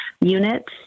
units